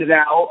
now